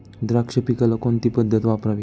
द्राक्ष पिकाला कोणती पद्धत वापरावी?